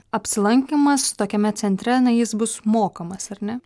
apsilankymas tokiame centre na jis bus mokamas ar ne